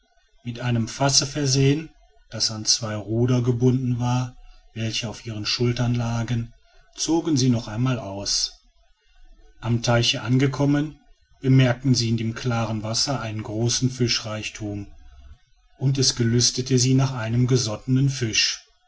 mit einem fasse versehen das an zwei ruder gebunden war welche auf ihren schultern lagen zogen sie noch einmal aus am teiche angekommen bemerkten sie in dem klaren wasser einen großen fischreichtum und es gelüstete sie nach einem gesottenen fisch